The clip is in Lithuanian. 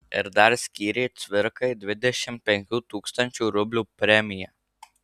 ir dar skyrė cvirkai dvidešimt penkių tūkstančių rublių premiją